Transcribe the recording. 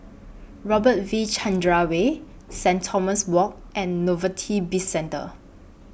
Robert V Chandran Way Saint Thomas Walk and Novelty Bizcentre